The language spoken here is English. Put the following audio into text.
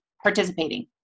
participating